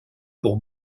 pour